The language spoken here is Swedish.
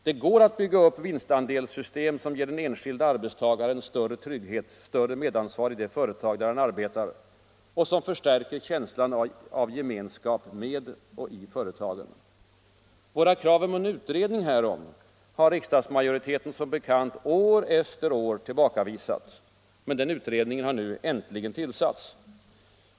Det går att bygga upp vinstandelssystem som ger den enskilde arbetstagaren större trygghet och större medansvar i det företag där han arbetar och som förstärker känslan av gemenskap med och i företagen. Våra krav om en utredning härom har riksdagsmajoriteten som bekant år efter år tillbakavisat. Den har nu äntligen tillsatts.